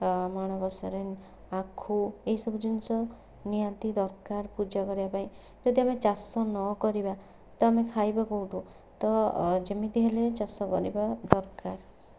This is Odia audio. ଆ ମାଣବସାରେ ଆଖୁ ଏଇସବୁ ଜିନିଷ ନିହାତି ଦରକାର ପୂଜା କରିଆ ପାଇଁ ଯଦି ଆମେ ଚାଷ ନକରିବା ତ ଆମେ ଖାଇବା କେଉଁଠୁ ତ ଯେମିତି ହେଲେ ଚାଷ କରିବା ଦରକାର